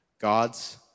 God's